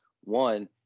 one